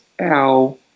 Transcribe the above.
Ow